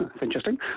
interesting